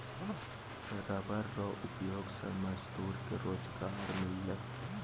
rubber रो उपयोग से मजदूर के रोजगारी मिललै